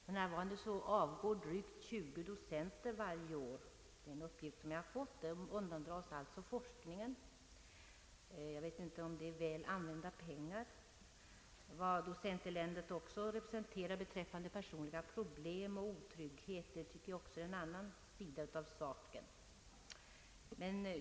För närvarande avgår enligt en uppgift som jag fått drygt 20 docenter varje år. De undandras alltså forskningen. Jag vet inte om det är väl använda pengar? Vad docenteländet också representerar beträffande personliga problem och otrygghet är en annan sida av saken.